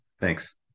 Thanks